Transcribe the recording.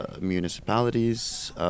Municipalities